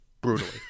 brutally